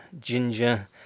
ginger